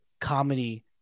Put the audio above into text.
comedy